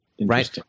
right